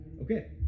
Okay